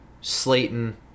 Slayton